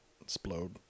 Explode